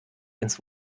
ins